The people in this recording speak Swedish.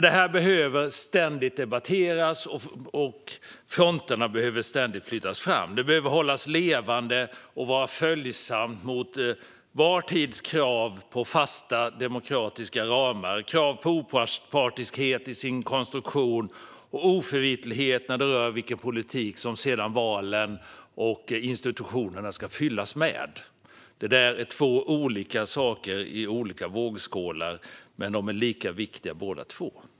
Detta behöver ständigt debatteras, och fronterna behöver ständigt flyttas fram. Det behöver hållas levande och vara följsamt mot var tids krav på fasta demokratiska ramar, opartiskhet i konstruktionen och oförvitlighet när det gäller vilken politik som valen och institutionerna sedan ska fyllas med. Detta är två olika saker i olika vågskålar, men de är båda lika viktiga.